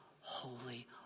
holy